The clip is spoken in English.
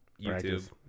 YouTube